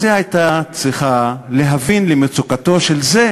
היא הייתה צריכה להבין מצוקתו של זה